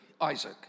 Isaac